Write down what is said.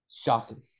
Shocking